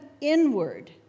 inward